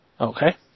Okay